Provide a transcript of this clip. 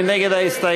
מי נגד ההסתייגות?